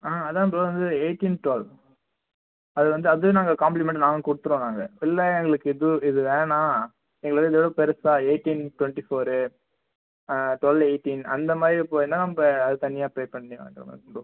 ஆ அதுதான் ப்ரோ அது வந்து எயிட்டின் டுவெல் அது வந்து அதுவும் நாங்கள் காம்ப்ளிமெண்ட்டாக நாங்கள் கொடுத்துருவோம் நாங்கள் இல்லை எங்களுக்கு இது இது வேணாம் எங்களுக்கு இதோடு பெரிசா eighteen twenty four twelve eighteen அந்த மாதிரி போனா நம்ப அது தனியாக பே பண்ணியாகணும் ப்ரோ